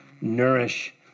nourish